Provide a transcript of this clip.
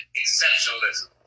exceptionalism